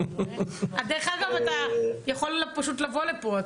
דרך אגב, אתה יכול פשוט לבוא לפה.